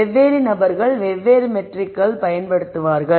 வெவ்வேறு நபர்கள் வெவ்வேறு மெட்ரிக்கள் பயன்படுத்துவார்கள்